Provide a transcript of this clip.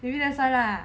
maybe that's why lah